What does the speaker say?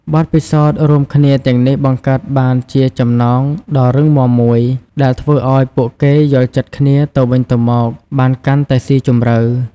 បទពិសោធន៍រួមគ្នាទាំងនេះបង្កើតបានជាចំណងដ៏រឹងមាំមួយ ដែលធ្វើឱ្យពួកគេយល់ចិត្តគ្នាទៅវិញទៅមកបានកាន់តែស៊ីជម្រៅ ។